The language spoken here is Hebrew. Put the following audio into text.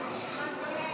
60 חברי